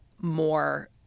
more